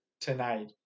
tonight